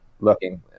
looking